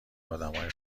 آدمای